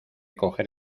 coger